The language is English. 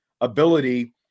ability